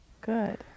good